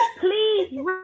Please